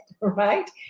right